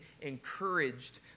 encouraged